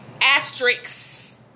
asterisks